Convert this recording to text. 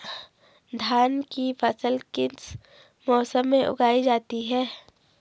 धान की फसल किस मौसम में उगाई जाती है?